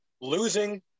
losing